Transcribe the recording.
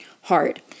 hard